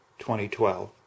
2012